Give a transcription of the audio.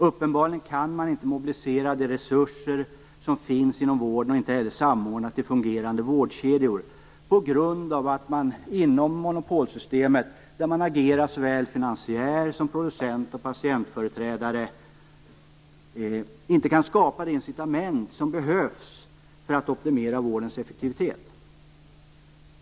Uppenbarligen kan man inte mobilisera de resurser som finns inom vården och inte heller samordna dem till fungerande vårdkedjor på grund av att man inom monopolsystemet, där man agerar såväl finansiär och producent som patientföreträdare, inte kan skapa de incitament som behövs för en optimal effektivitet inom vården.